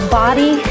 body